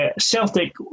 Celtic